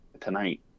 tonight